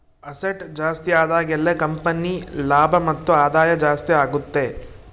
asset ಜಾಸ್ತಿ ಆದಾಗೆಲ್ಲ company ಲಾಭ ಮತ್ತು ಆದಾಯ ಜಾಸ್ತಿ ಆಗುತ್ತೆ